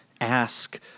Ask